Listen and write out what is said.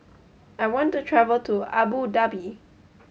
I want to travel to Abu Dhabi